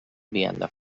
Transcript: vianda